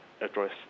address